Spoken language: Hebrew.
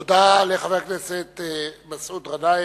תודה לחבר הכנסת מסעוד גנאים.